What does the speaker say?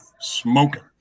smoking